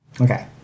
Okay